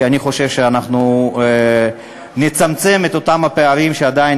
כי אני חושב שאנחנו נצמצם את אותם הפערים שעדיין